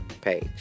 page